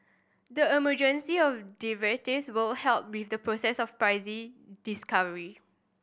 the emergence of derivatives will help with the process of discovery